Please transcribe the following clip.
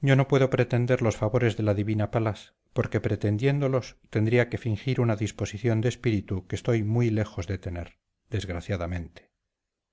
yo no puedo pretender los favores de la divina palas porque pretendiéndolos tendría que fingir una disposición de espíritu que estoy muy lejos de tener desgraciadamente